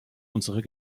unserer